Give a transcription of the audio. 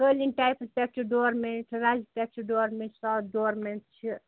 قٲلیٖن ٹایپَس پٮ۪ٹھ چھُ ڈور میٹ رَزِ پٮ۪ٹھ چھُ ڈور میٹ سات ڈور میٹ چھِ